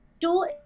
Two